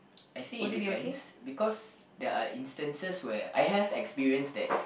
I think it depends because there are instances where I have experienced that